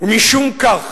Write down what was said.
ומשום כך